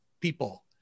people